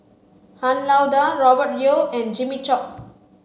Han Lao Da Robert Yeo and Jimmy Chok